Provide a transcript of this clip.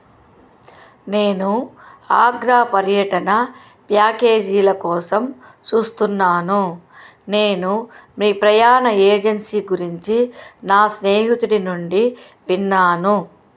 నేను ఆగ్రా పర్యటన ప్యాకేజీల కోసం చూస్తున్నాను నేను మీ ప్రయాణ ఏజెన్సీ గురించి నా స్నేహితుడి నుండి విన్నాను